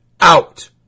out